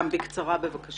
בקצרה, בבקשה.